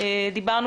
דיברנו